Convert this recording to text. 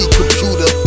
computer